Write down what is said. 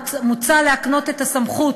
מוצע להקנות את הסמכות